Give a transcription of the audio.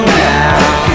now